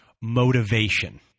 motivation